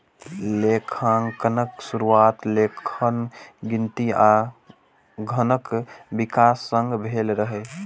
लेखांकनक शुरुआत लेखन, गिनती आ धनक विकास संग भेल रहै